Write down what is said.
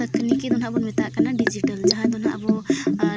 ᱛᱚᱠᱱᱤᱠᱤ ᱫᱚᱦᱟᱸᱜ ᱵᱚᱱ ᱢᱮᱛᱟᱜ ᱠᱟᱱᱟ ᱰᱤᱡᱤᱴᱟᱞ ᱡᱟᱦᱟᱸ ᱫᱚ ᱦᱟᱸᱜ ᱟᱵᱚ